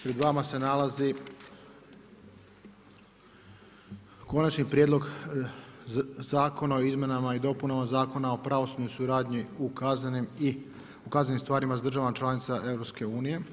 Pred vama se nalazi Konačni prijedlog zakona o izmjenama i dopunama Zakona o pravosudnoj suradnji u kaznenim stvarima s državama članica EU.